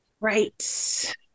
Right